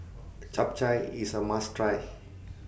Chap Chai IS A must Try